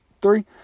three